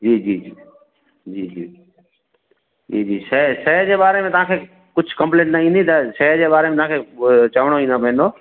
जी जी जी जी जी जी जी शइ शइ जे बारे में तव्हांखे कुझु कंप्लेन न ईंदी त शइ जे बारे में तव्हांखे चवणो ई न पवंदो